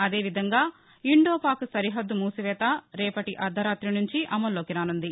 అదేవిధంగా ఇండో పాక్ సరిహద్ద మూసివేత రేపటి అర్దరాతి సుంచి అమల్లోకి రానుంది